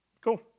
cool